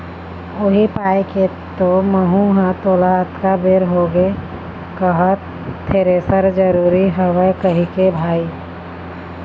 उही पाय के तो महूँ ह तोला अतका बेर होगे कहत थेरेसर जरुरी हवय कहिके भाई